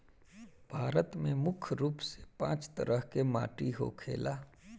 भारत में मुख्य रूप से पांच तरह के माटी होखेला